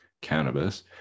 cannabis